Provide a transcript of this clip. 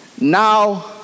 Now